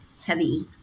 heavy